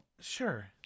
Sure